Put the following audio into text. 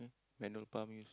manual pump use